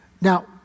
Now